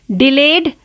delayed